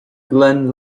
glen